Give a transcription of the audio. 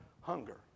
hunger